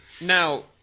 Now